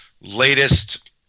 latest